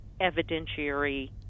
evidentiary